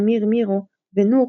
אמיר 'מירו' ונור,